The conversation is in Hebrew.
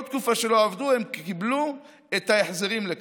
כל תקופה שהם לא עבדו הם קיבלו את ההחזרים על כך.